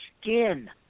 skin